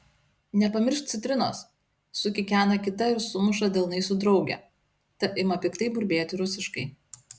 nepamiršk citrinos sukikena kita ir sumuša delnais su drauge ta ima piktai burbėti rusiškai